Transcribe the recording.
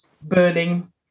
burning